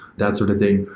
that sort of thing.